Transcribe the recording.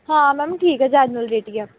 ਹਾਂ ਮੈਮ ਠੀਕ ਹੈ ਜੈਨੂਅਲ ਰੇਟ ਹੀ ਹੈ